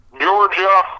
Georgia